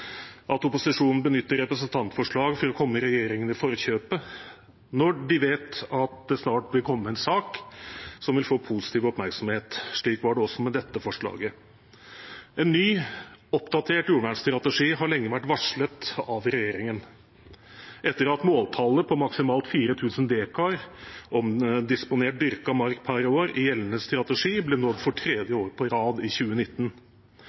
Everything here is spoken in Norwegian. at opposisjonen benytter representantforslag for å komme regjeringen i forkjøpet når de vet at det snart vil komme en sak som vil få positiv oppmerksomhet. Slik var det også med dette forslaget. En ny oppdatert jordvernstrategi har lenge vært varslet av regjeringen etter at måltallet på maksimalt 4 000 dekar omdisponert dyrka mark per år i gjeldende strategi ble nådd for tredje år på rad i 2019.